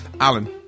Alan